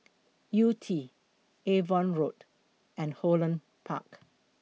Yew Tee Avon Road and Holland Park